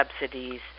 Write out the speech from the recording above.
subsidies